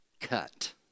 cut